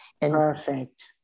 Perfect